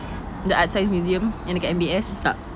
the artscience museum yang dekat M_B_S tak